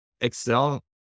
Excel